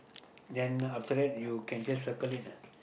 then after that you can just circle it